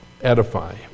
Edify